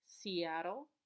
Seattle